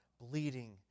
bleeding